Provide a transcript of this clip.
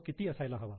तो किती असायला हवा